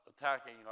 attacking